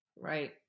right